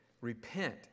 Repent